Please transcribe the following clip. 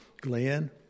Glenn